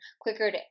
quicker